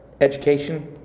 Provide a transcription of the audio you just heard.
education